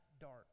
dark